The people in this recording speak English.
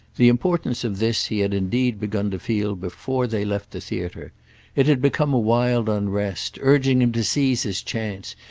the importance of this he had indeed begun to feel before they left the theatre it had become a wild unrest, urging him to seize his chance.